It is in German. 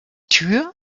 tür